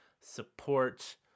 support